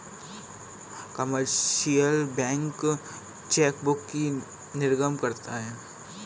commercial bank chequebook भी निर्गम करता है